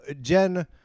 Jen